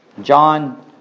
John